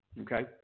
Okay